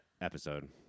episode